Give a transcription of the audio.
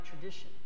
tradition